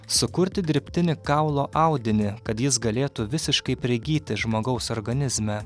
sukurti dirbtinį kaulo audinį kad jis galėtų visiškai prigyti žmogaus organizme